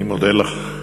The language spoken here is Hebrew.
אני מודה לך.